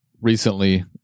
recently